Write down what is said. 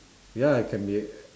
ya it can be a~